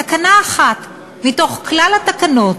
תקנה אחת מתוך כלל התקנות